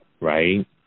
right